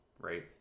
right